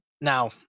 now